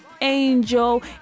angel